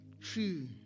true